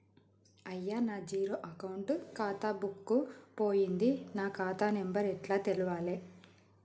అయ్యా నా zero account ఖాతా బుక్కు పోయింది నా ఖాతా నెంబరు ఎట్ల తెలవాలే?